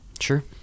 Sure